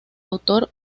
autor